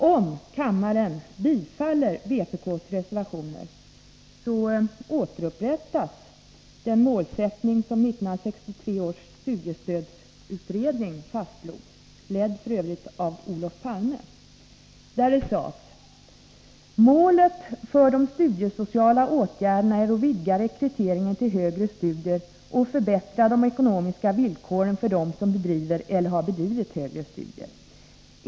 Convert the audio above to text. Om kammaren bifaller vpk:s reservationer återupprättas den målsättning som 1963 års studiestödsutredning fastslog — f. ö. ledd av Olof Palme. I utredningen sades följande: ”Målet för de studiesociala åtgärderna är att vidga rekryteringen till högre studier och att förbättra de ekonomiska villkoren för dem som bedriver eller har bedrivit högre studier.